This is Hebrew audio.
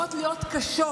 הופכות להיות קשות,